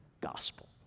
gospel